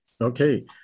Okay